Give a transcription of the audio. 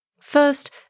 First